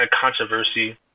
controversy